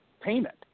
payment